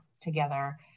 together